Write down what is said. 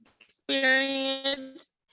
experience